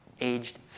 aged